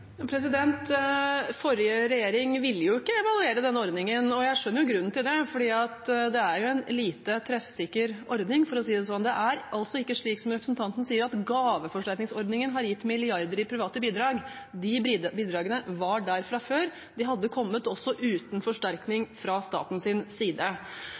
Forrige regjering ville jo ikke evaluere denne ordningen, og jeg skjønner grunnen til det, for det er en lite treffsikker ordning, for å si det slik. Det er altså ikke slik som representanten sier, at gaveforsterkningsordningen har gitt milliarder i private bidrag. De bidragene var der fra før, og de hadde kommet også uten forsterkning fra statens side.